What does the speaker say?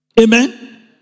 Amen